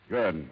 Good